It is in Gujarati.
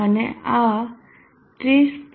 અને આ 30